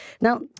Now